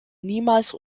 niemals